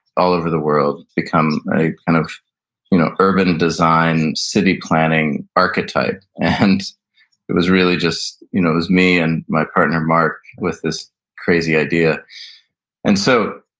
all over the world because a kind of you know urban design city planning archetype. and it was really just, you know it was me and my partner mark with this crazy idea and so,